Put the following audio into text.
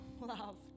Love